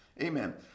Amen